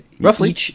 Roughly